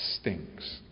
stinks